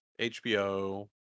HBO